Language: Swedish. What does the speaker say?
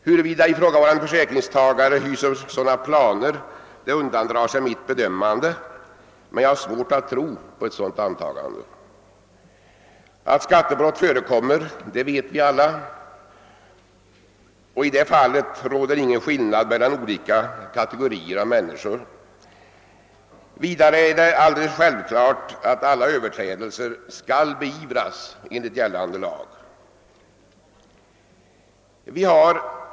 Huruvida ifrågavarande försäkringstagare hyser sådana planer undandrar sig mitt bedömande men jag har svårt att tro på det. Vi vet ju alla att skattebrott förekommer; därvidlag råder det ingen skillnad mellan olika kategorier av människor. Vidare är det alldeles självklart att alla överträdelser skall beivras enligt gällande lag.